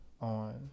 on